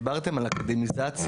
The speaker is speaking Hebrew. דיברתם על אקדמיזציה,